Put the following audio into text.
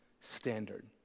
standard